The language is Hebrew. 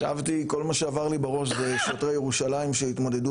כל מה שעבר לי בראש זה שוטרי ירושלים שהתמודדו